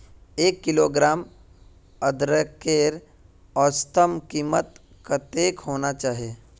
एक किलोग्राम अदरकेर औसतन कीमत कतेक होना चही?